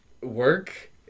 work